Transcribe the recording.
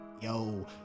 Yo